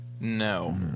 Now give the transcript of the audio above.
No